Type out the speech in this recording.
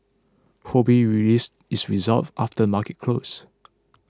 Ho Bee released its results after the market closed